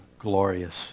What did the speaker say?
glorious